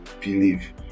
believe